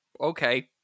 okay